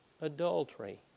adultery